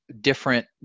different